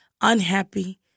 unhappy